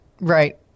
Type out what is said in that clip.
Right